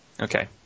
Okay